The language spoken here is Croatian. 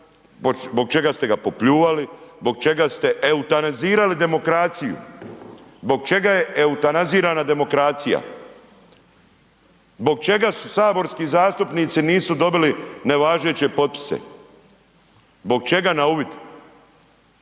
zbog čega ste ga popljuvali, zbog čega ste eutanazirali demokraciju? Zbog čega eutanazirana demokracija? Zbog čega su saborski zastupnici, nisu dobili nevažeće potpise? Zbog čega na uvid?